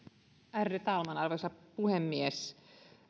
ärade talman arvoisa puhemies